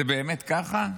זה באמת ככה?